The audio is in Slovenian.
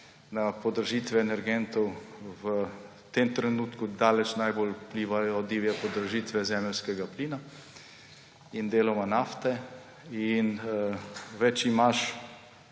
Na podražitve energentov v tem trenutku daleč najbolj vplivajo divje podražitve zemeljskega plina in deloma nafte. In več imaš